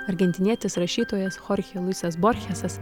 argentinietis rašytojas chorche luisas borchesas